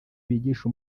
bigisha